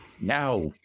Now